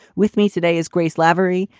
with me today is grace labrie,